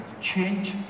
Change